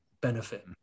benefit